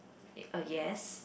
ya uh yes